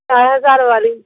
ਚਾਰ ਹਜ਼ਾਰ ਵਾਲੀ